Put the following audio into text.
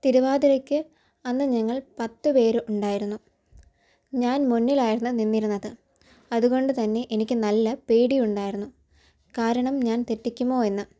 തിരുവാതിരയ്ക്ക് അന്ന് ഞങ്ങൾ പത്തു പേര് ഉണ്ടായിരുന്നു ഞാൻ മുന്നിലായിരുന്നു നിന്നിരുന്നത് അതുകൊണ്ട് തന്നെ എനിക്ക് നല്ല പേടി ഉണ്ടായിരുന്നു കാരണം ഞാൻ തെറ്റിക്കുമോ എന്ന്